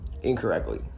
Incorrectly